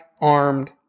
armed